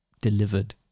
delivered